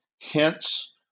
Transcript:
hints